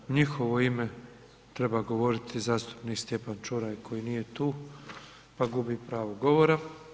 U njihovo ime treba govoriti zastupnik Stjepan Čuraj koji nije tu pa gubi pravo govora.